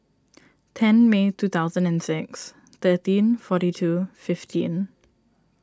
ten May two thousand and six thirteen forty two fifteen